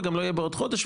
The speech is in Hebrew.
וגם לא יהיה בעוד חודש,